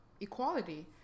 equality